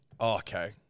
Okay